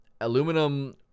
aluminum